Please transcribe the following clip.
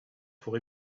pour